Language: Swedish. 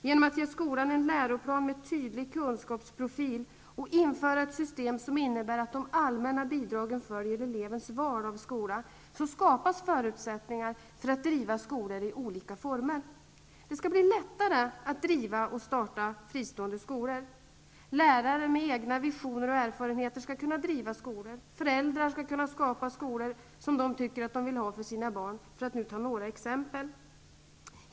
Genom att ge skolan en läroplan med en tydlig kunskapsprofil och införa ett system som innebär att de allmänna bidragen följer elevens val av skola, skapas förutsättningar för att driva skolor i olika former. Det skall bli lättare att starta och driva fristående skolor. Lärare med egna visioner och erfarenheter skall kunna driva skolor, och föräldrar skall kunna skapa skolor som de vill ha för sina barn, för att nu ta några exempel.